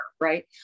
right